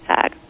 tag